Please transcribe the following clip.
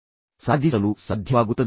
ಇದನ್ನು ಸಾಧಿಸಲು ನನಗೆ ಸಾಧ್ಯವಾಗುತ್ತದೆಯೇ